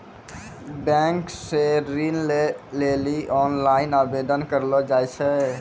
bank से ऋण लै लेली ओनलाइन आवेदन करलो जाय छै